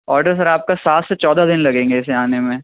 order sir آپ کا سات سے چودہ دِن لگیں گے اِسے آنے میں